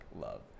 love